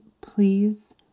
please